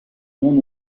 non